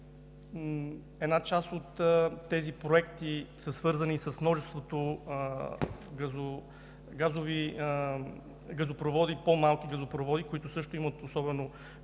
Една част от тези проекти са свързани с множеството по-малки газопроводи, които също имат особено